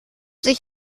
sich